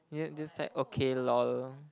yeah just like okay lol